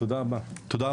תודה רבה לכולם.